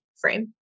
frame